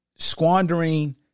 squandering